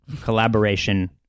collaboration